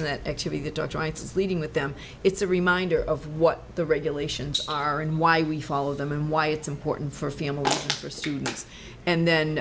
in that activity get to a draw it's leading with them it's a reminder of what the regulations are and why we follow them and why it's important for families for students and then